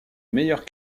meilleures